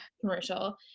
commercial